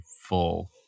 full